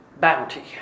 bounty